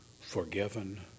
forgiven